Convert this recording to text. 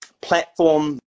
platform